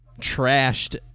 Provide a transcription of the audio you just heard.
trashed